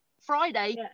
Friday